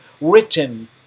written